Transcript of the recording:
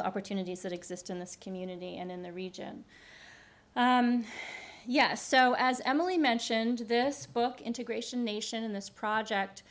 the opportunities that exist in this community and in the region yes so as emily mentioned this book integration nation in this project